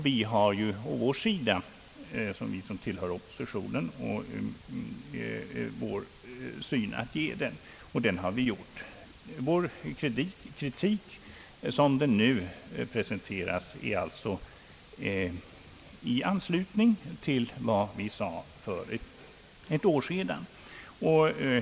Vi som tillhör oppositionen har att ge vår syn vid dechargebehandlingen, och det har vi gjort. Vår kritik, som den nu presenteras, är alltså i anslutning till vad vi sade för ett år sedan.